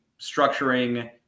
structuring